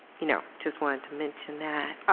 you know just wanted to mention that.